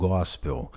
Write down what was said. Gospel